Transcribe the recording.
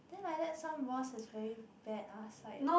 then like that some boss is very bad ah is like